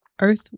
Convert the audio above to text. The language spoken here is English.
Earth